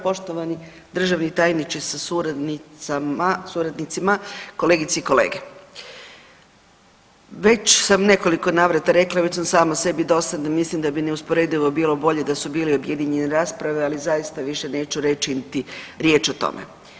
Poštovani državni tajnice sa suradnicama, suradnicima, kolegice i kolege, već sam nekoliko navrata rekla već sama sebi dosadna mislim da bi neusporedivo bilo bolje da su bili objedinjene rasprave ali zaista više neću reći niti riječ o tome.